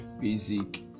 basic